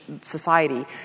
society